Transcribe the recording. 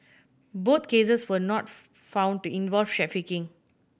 both cases were not found to involve trafficking